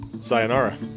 sayonara